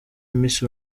miss